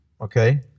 okay